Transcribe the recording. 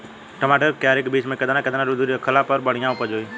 टमाटर के क्यारी के बीच मे केतना केतना दूरी रखला पर बढ़िया उपज होई?